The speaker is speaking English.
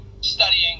studying